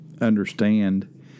understand